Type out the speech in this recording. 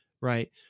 right